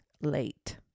late